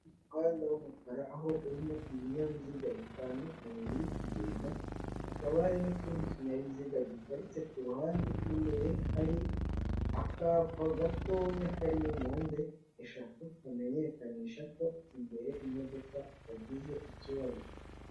Umuhanda w'umukara aho urimo ibinyabiziga bitandukanye biri kugenda, hakaba hari n'ikindi kinyabiziga giparitse ku ruhande, imbere hari akapa gatoya kari muri mpande eshatu kamenyekanisha ko imbere imodoka yagize ikibazo.